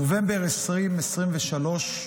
בנובמבר 2023,